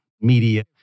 media